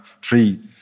tree